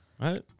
Right